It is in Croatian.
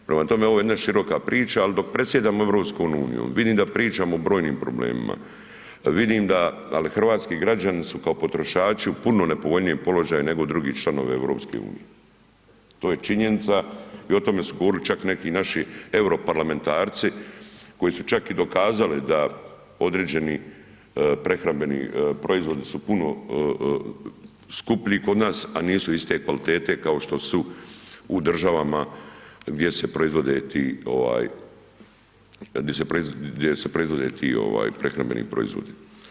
Prema tome, ovo je jedna široka priča, ali dok predsjedamo EU vidim da pričamo o brojnim problemima, vidim da, ali hrvatski građani su kao potrošači u puno nepovoljnijem položaju nego drugi članovi EU, to je činjenica i o tome su govorili čak naši europarlamentarci koji su čak i dokazali da određeni prehrambeni proizvodi su puno skuplji kod nas, a nisu iste kvalitete kao što su u državama gdje se proizvode ti prehrambeni proizvodi.